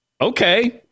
okay